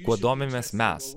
kuo domimės mes